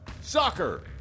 Soccer